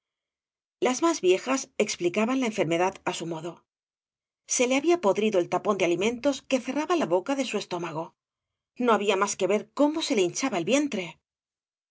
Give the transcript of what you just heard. las más vicjaís explicaban la enfermedad á su modo se le babía podrido el tapón de alimentos que cerraba la boca de su eetómago no había mas que ver cómo se le hinchaba el vientre